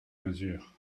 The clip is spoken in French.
mesures